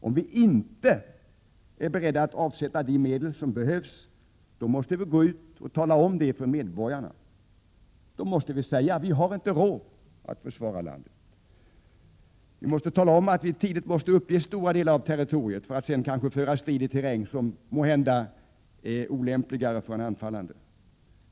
Om vi inte är beredda att avsätta de medel som behövs, måste vi gå ut och tala om detta för medborgarna. Då måste vi säga: Vi har inte råd att försvara landet. Vi måste tala om att vi tidigt måste uppge stora delar av territoriet för att sedan kanske föra strid i terräng som måhända är olämpligare för en anfallande.